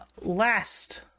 Last